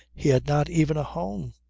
he had not even a home.